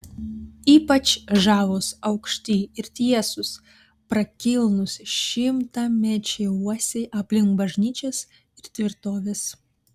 ypač žavūs aukšti ir tiesūs prakilnūs šimtamečiai uosiai aplink bažnyčias ir tvirtoves